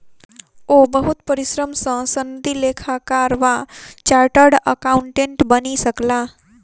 ओ बहुत परिश्रम सॅ सनदी लेखाकार वा चार्टर्ड अकाउंटेंट बनि सकला